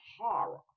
horror